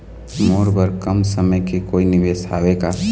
मोर बर कम समय के कोई निवेश हावे का?